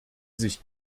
sich